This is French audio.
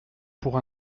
pour